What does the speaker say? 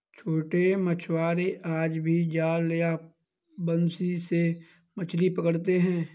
छोटे मछुआरे आज भी जाल या बंसी से मछली पकड़ते हैं